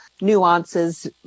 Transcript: nuances